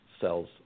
cells